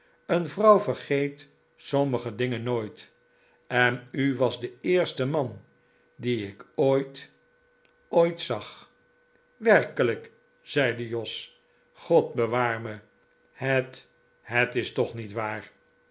een vrouw vergeet sommige dingen nooit en u was de eerste man dien ik ooit ooit zag werkelijk zeide jos god bewaar me het het is toch niet waar